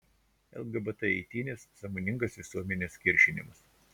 lgbt eitynės sąmoningas visuomenės kiršinimas